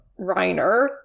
Reiner